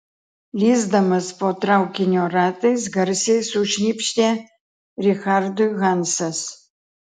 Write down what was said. lįsdamas po traukinio ratais garsiai sušnypštė richardui hansas